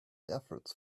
efforts